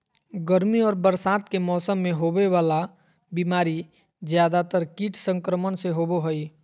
गर्मी और बरसात के मौसम में होबे वला बीमारी ज्यादातर कीट संक्रमण से होबो हइ